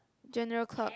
general club